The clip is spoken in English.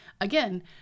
Again